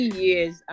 years